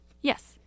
Yes